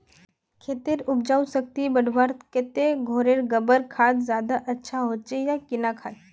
खेतेर उपजाऊ शक्ति बढ़वार केते घोरेर गबर खाद ज्यादा अच्छा होचे या किना खाद?